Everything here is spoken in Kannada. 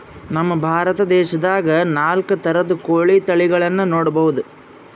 ನಮ್ ಭಾರತ ದೇಶದಾಗ್ ನಾಲ್ಕ್ ಥರದ್ ಕೋಳಿ ತಳಿಗಳನ್ನ ನೋಡಬಹುದ್